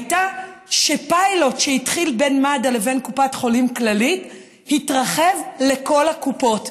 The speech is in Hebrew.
היה שפיילוט שהתחיל בין מד"א לבין קופת חולים כללית התרחב לכל הקופות.